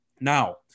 Now